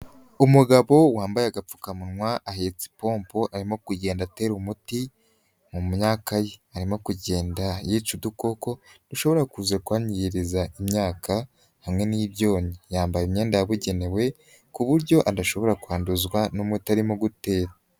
Umugabo wambaye agapfukamunwa, ahitse ipompo arimo kugenda atera umuti mu myaka ye, arimo kugenda yica udukoko, dushobora kuza kwangiriza imyaka hamwe n'ibyonnyi, yambaye imyenda yabugenewe kuburyo adashobora kwanduzwa n'umuti arimo gutera.